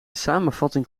samenvatting